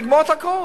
לגמור את הכול.